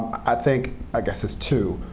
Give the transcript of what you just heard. i think i guess is two.